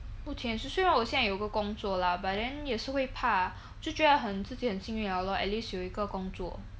目前是虽然我有一个工作 lah but then 也是会怕就觉得很自己很幸运 liao lor at least 有一个工作